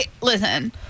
listen